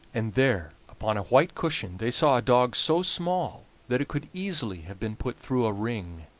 and there upon a white cushion they saw a dog so small that it could easily have been put through a ring.